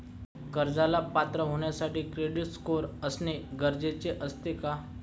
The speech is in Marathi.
कर्जाला पात्र होण्यासाठी क्रेडिट स्कोअर असणे गरजेचे असते का?